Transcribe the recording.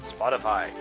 Spotify